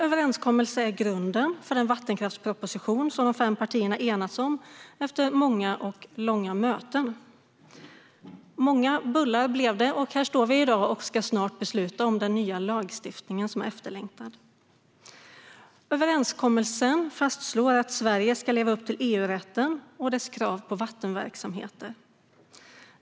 Överenskommelsen är grunden för den vattenkraftsproposition som de fem partierna enats om efter många och långa möten. Många bullar blev det, och nu står vi här i dag och ska snart besluta om den nya lagstiftningen, som är efterlängtad. Överenskommelsen fastslår att Sverige ska leva upp till EU-rätten och dess krav på vattenverksamheter.